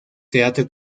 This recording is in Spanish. teatro